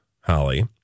Holly